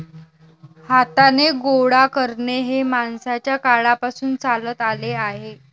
हाताने गोळा करणे हे माणसाच्या काळापासून चालत आले आहे